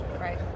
Right